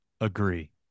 agree